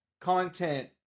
content